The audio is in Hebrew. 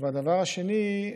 הדבר השני,